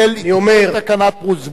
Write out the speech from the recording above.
תיקן תקנת פרוזבול,